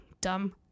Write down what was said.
dumb